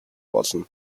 болно